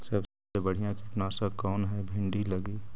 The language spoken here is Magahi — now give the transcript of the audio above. सबसे बढ़िया कित्नासक कौन है भिन्डी लगी?